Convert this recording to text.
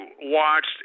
watched